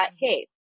hey